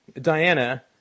Diana